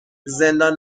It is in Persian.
زندان